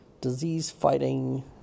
disease-fighting